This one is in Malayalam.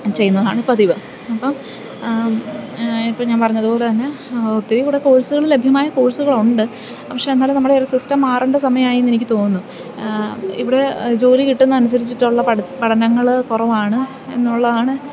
ചെയ്യുന്നതാണ് പതിവ് അപ്പോള് ഇപ്പോള് ഞാൻ പറഞ്ഞതുപോലെ തന്നെ ഒത്തിരി കൂടെ കോഴ്സുകള് ലഭ്യമായ കോഴ്സുകളുണ്ട് പക്ഷേ എന്നാലും നമ്മള് ഒരു സിസ്റ്റം മാറേണ്ട സമയാമായെന്ന് എനിക്കു തോന്നുന്നു ഇവിടെ ജോലി കിട്ടുന്നതിനനുസരിച്ചിട്ടുള്ള പഠനങ്ങള് കുറവാണ് എന്നുള്ളതാണ്